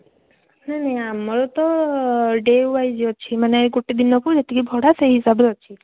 ନାହିଁ ନାହିଁ ଆମର ତ ଡ଼େ ୱାଇଜ୍ ଅଛି ମାନେ ଗୋଟେ ଦିନକୁ ଯେତିକି ଭଡ଼ା ସେହି ହିସାବରେ ଅଛି